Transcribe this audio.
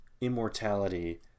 immortality